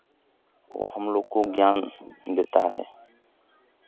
वो हमलोग को ज्ञान देता है